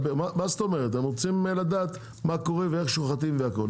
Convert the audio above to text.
הם רוצים לדעת מה קורה ואיך שוחטים והכל,